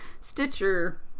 Stitcher